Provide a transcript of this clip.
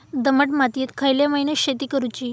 दमट मातयेत खयल्या महिन्यात शेती करुची?